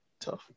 tough